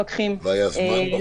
יכוו.